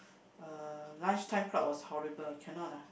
uh lunch time crowd was horrible cannot ah